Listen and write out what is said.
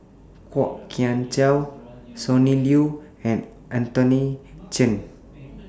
Kwok Kian Chow Sonny Liew and Anthony Chen